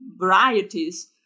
varieties